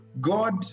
God